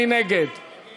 מי